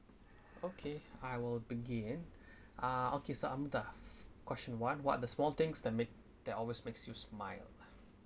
okay I will begin ah okay so I'm ah question one what's the small things that make that always makes you smile